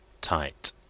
tight